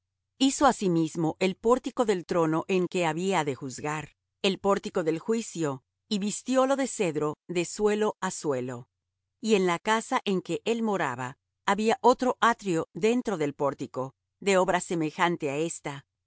hizo asimismo el pórtico del trono en que había de juzgar el pórtico del juicio y vistiólo de cedro de suelo á suelo y en la casa en que él moraba había otro atrio dentro del pórtico de obra semejante á esta